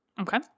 Okay